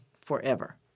forever